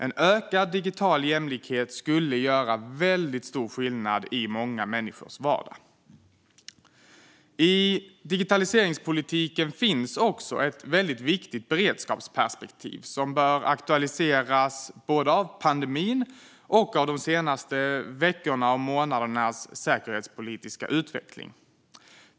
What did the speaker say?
En ökad digital jämlikhet skulle göra väldigt stor skillnad i många människors vardag. I digitaliseringspolitiken finns också ett viktigt beredskapsperspektiv som bör aktualiseras både av pandemin och av de senaste veckornas och månadernas säkerhetspolitiska utveckling.